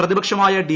പ്രതിപക്ഷമായ ഡി